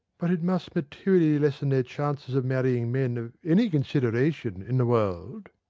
but it must materially lessen their chances of marrying men of any consideration in the world.